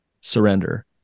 surrender